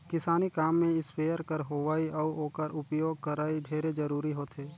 किसानी काम में इस्पेयर कर होवई अउ ओकर उपियोग करई ढेरे जरूरी होथे